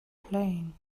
playing